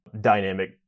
dynamic